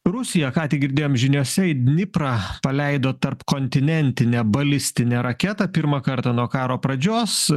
rusija ką tik girdėjom žiniose į dniprą paleido tarpkontinentinę balistinę raketą pirmą kartą nuo karo pradžios